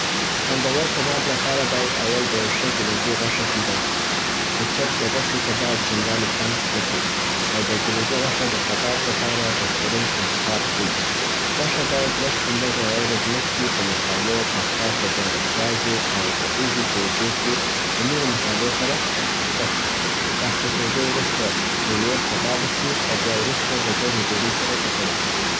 خوندور کباب لپاره باید اول د یو ښه ګیلګي غوښه پیدا کړو. د چرګ د غوښو کباب چنداني خوند نه کي، او د ګلیلګي غوښه د کباب د پاره بهرتین انتخاب دی. غوښه باید لږ تر لږه یوه ورځ مخکي په مصالو په خاصه بیا د پیازو او د اوږې په اوبو کې د نورو مصالو سره اخته سي. د اخته کیدو وروسته پر ور کبابه سي او بیا وروسته د ګرمي ډوډۍ سره و خوړل سي.